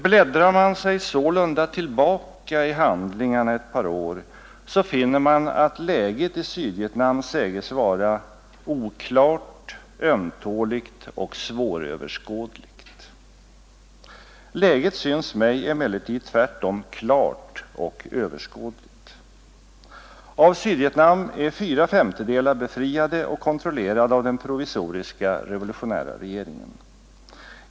Bläddrar man sig sålunda tillbaka i handlingarna, finner man att läget i Sydvietnam säges vara ”oklart, ömtåligt och svåröverskådligt”. Läget syns mig emellertid tvärtom klart och överskådligt. Av Sydvietnam är fyra femtedelar befriade och kontrolleras av den provisoriska revolutionära regeringen.